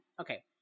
okay